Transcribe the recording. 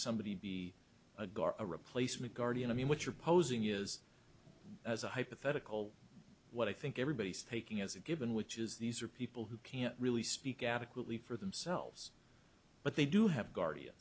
somebody be a replacement guardian i mean what you're posing is as a hypothetical what i think everybody's taking as a given which is these are people who can't really speak adequately for themselves but they do have guardian